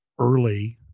early